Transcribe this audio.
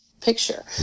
picture